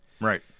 Right